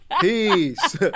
peace